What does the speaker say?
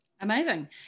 Amazing